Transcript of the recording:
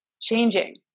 changing